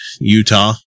Utah